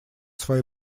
свои